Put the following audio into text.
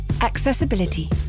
Accessibility